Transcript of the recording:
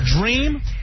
Dream